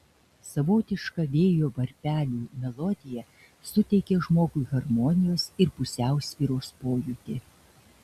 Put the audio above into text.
savotiška vėjo varpelių melodija suteikia žmogui harmonijos ir pusiausvyros pojūtį